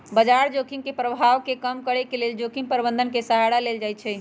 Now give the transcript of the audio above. बजार जोखिम के प्रभाव के कम करेके लेल जोखिम प्रबंधन के सहारा लेल जाइ छइ